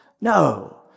No